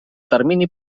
termini